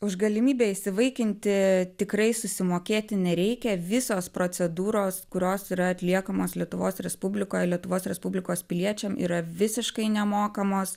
už galimybę įsivaikinti tikrai susimokėti nereikia visos procedūros kurios yra atliekamos lietuvos respublikoj lietuvos respublikos piliečiam yra visiškai nemokamos